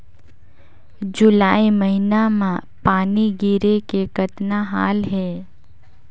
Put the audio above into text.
जुलाई महीना म पानी गिरे के कतना हाल हे?